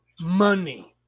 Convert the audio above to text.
money